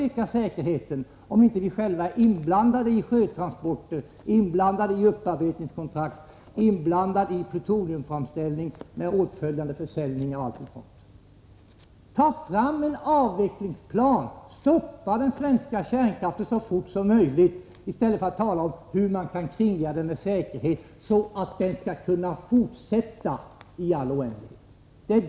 Om vi inte själva är inblandade i sjötransporter, inblandade i upparbetningskontrakt, inblandade i plutoniumframställning med åtföljande försäljning och allt sådant behöver vi inte anstränga oss att öka säkerheten. Tag fram en avvecklingsplan, stoppa den svenska kärnkraften så fort som möjligt i stället för att tala om hur man kan kringgärda den med säkerhet så att verksamheten skall kunna fortsätta i all oändlighet!